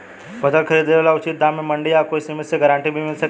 फसल खरीद लेवे क उचित दाम में मंडी या कोई समिति से गारंटी भी मिल सकेला?